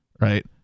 right